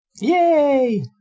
yay